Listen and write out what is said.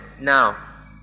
now